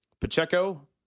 Pacheco